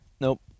Nope